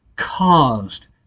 caused